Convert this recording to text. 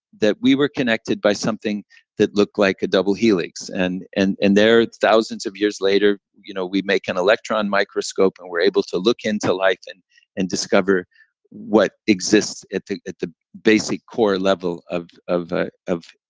that we were connected by something that looked like a double helix. and and and there, thousands of years later, you know we make an electron microscope and we're able to look into life and and discover what exists at the at the basic core level of of ah